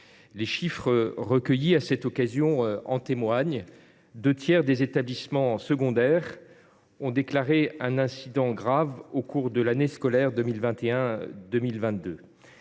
Les chiffres recueillis à cette occasion en témoignent : deux tiers des établissements secondaires ont déclaré un incident grave au cours de l’année scolaire 2021 2022